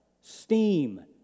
steam